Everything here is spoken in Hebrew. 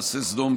מעשה סדום,